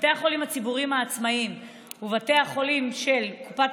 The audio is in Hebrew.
בתי החולים הציבוריים העצמאיים ובתי החולים של קופת